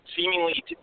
seemingly